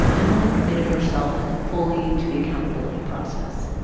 emily committed herself fully to the accountability process.